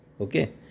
Okay